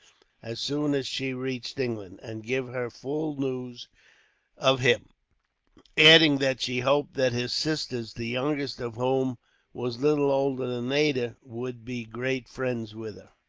as soon as she reached england, and give her full news of him adding that she hoped that his sisters, the youngest of whom was little older than ada, would be great friends with her.